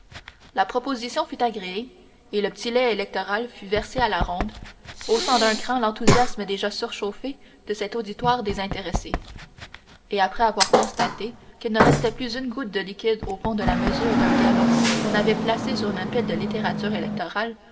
la proposition fut agréée et le p'tit lait électoral fut versé à la ronde haussant d'un cran l'enthousiasme déjà surchauffé de cet auditoire désintéressé et après avoir constaté qu'il ne restait plus une goutte de liquide au fond de la mesure d'un gallon qu'on avait placé sur une pile de littérature électorale